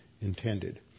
intended